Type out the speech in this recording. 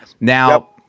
Now